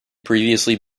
previously